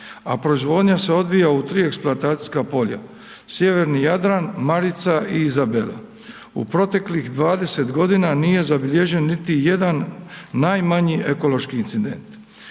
a proizvodnja se odvija u 3 eksploatacijska polja, Sjeverni Jadran, Marica i Izabela. U proteklih 20.g. nije zabilježen niti jedan najmanji ekološki incident.